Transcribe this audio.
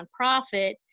nonprofit